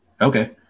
Okay